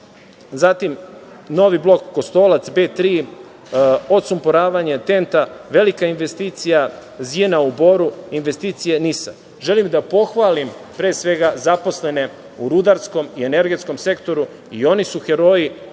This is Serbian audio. tok, Novi blok „Kostolac B3“, odsupmoravanje TENT, velika investicija Ziđina u Boru, investicije NIS-a. Želim da pohvalim, pre svega, zaposlene u rudarskom i energetskom sektoru. I oni su heroji